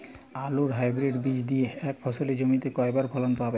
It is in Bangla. আলুর হাইব্রিড বীজ দিয়ে এক ফসলী জমিতে কয়বার ফলন পাব?